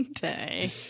day